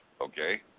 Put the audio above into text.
Okay